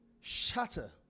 shatter